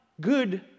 Good